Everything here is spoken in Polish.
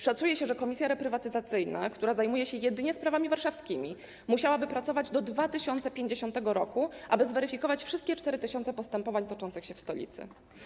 Szacuje się, że komisja reprywatyzacyjna, która zajmuje się jedynie sprawami warszawskimi, musiałaby pracować do 2050 r., aby zweryfikować wszystkie 4 tys. postępowań toczących się w stolicy.